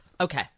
Okay